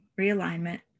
realignment